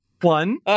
One